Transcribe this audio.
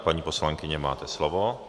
Paní poslankyně, máte slovo.